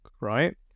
right